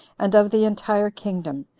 and of the entire kingdom,